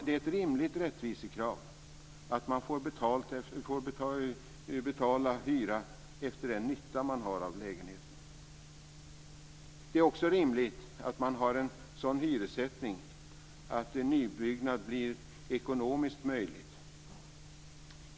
Det är ett rimligt rättvisekrav att man får betala hyra efter den nytta man har av lägenheten. Det är också rimligt att det är en sådan hyressättning att det blir ekonomiskt möjligt med nybyggnad.